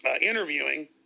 interviewing